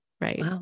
right